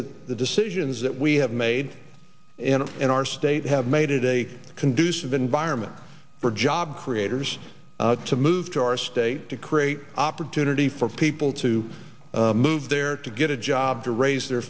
that the decisions that we have made in our state have made it a conducive in vironment for job creators to move to our state to create opportunity for people to move there to get a job to raise their